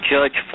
Judge